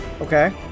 Okay